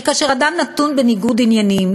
שכאשר אדם נתון בניגוד עניינים,